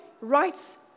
rights